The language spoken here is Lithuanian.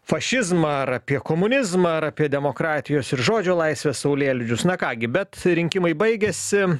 fašizmą ar apie komunizmą ar apie demokratijos ir žodžio laisvės saulėlydžius na ką gi bet rinkimai baigėsi